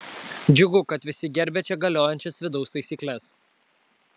džiugu kad visi gerbia čia galiojančias vidaus taisykles